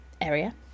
area